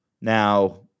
Now